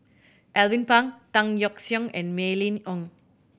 Alvin Pang Tan Yeok Seong and Mylene Ong